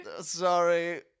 Sorry